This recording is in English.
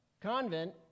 convent